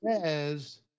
says